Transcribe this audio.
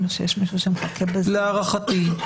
להערכתי,